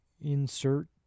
insert